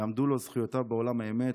יעמדו לו זכויותיו בעולם האמת.